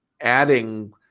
adding